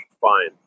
fine